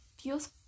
feels